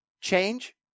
change